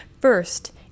First